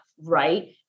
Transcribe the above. right